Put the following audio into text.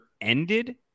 ended